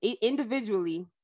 individually